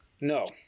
No